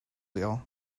wheel